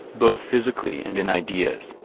both physically and in ideas,